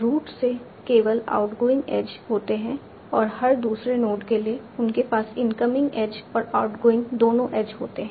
root से केवल outgoing edge होते हैं और हर दूसरे नोड के लिए उनके पास इनकमिंग एज और आउटगोइंग दोनों एज होते हैं